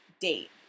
date